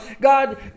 God